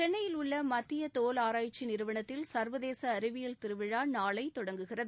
சென்னையில் உள்ள மத்திய தோல் ஆராய்ச்சி நிறுவனத்தில் சர்வதேச அறிவியல் திருவிழா நாளை தொடங்குகிறது